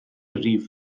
rif